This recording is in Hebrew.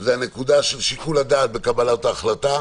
זו הנקודה של שיקול הדעת בקבלת החלטה,